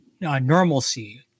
normalcy